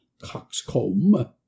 coxcomb